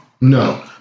No